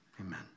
amen